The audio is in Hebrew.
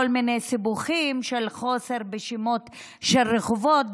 מיני סיבוכים של חוסר בשמות של רחובות,